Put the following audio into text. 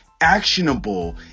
actionable